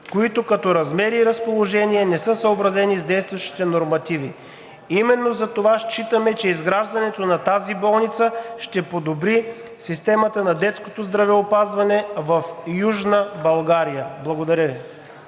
които като размер и разположение не са съобразени с действащите нормативи. Именно затова считаме, че изграждането на тази болница ще подобри системата на детското здравеопазване в Южна България. Благодаря Ви.